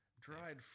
Dried